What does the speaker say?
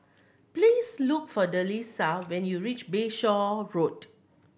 please look for Delisa when you reach Bayshore Road